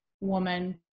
woman